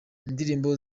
indirimbo